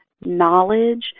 knowledge